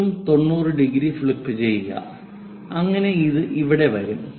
ഇതും 90 ഡിഗ്രി ഫ്ലിപ്പുചെയ്യുക അങ്ങനെ ഇത് ഇവിടെ വരും